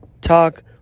talk